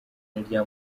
n’irya